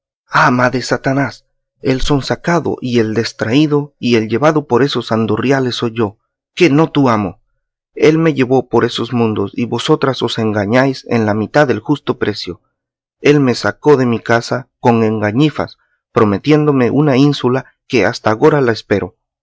ama de satanás el sonsacado y el destraído y el llevado por esos andurriales soy yo que no tu amo él me llevó por esos mundos y vosotras os engañáis en la mitad del justo precio él me sacó de mi casa con engañifas prometiéndome una ínsula que hasta agora la espero